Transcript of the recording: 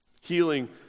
Healing